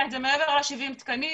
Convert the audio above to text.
זה מעבר ל-70 תקנים,